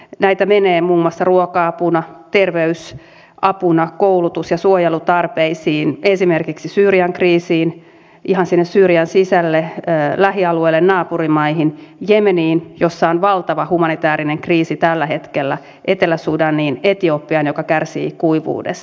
näitä menee muun muassa ruoka apuna terveysapuna koulutus ja suojelutarpeisiin esimerkiksi syyrian kriisiin ihan sinne syyrian sisälle lähialueille naapurimaihin jemeniin jossa on valtava humanitäärinen kriisi tällä hetkellä etelä sudaniin etiopiaan joka kärsii kuivuudesta